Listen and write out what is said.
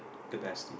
capacity